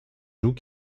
joues